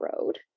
road